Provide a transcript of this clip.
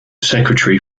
secretary